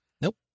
Nope